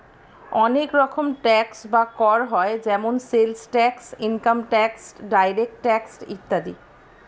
অনেক রকম ট্যাক্স বা কর হয় যেমন sales tax, income tax, direct tax ইত্যাদি